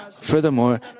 Furthermore